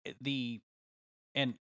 the—and